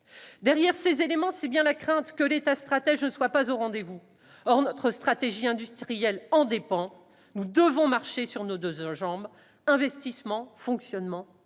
Derrière ces éléments, il y a bien la crainte que l'État stratège ne soit pas au rendez-vous. Or notre stratégie industrielle en dépend. Nous devons marcher sur nos deux jambes, à savoir l'investissement et le fonctionnement,